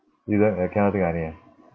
you don't uh cannot think of any ah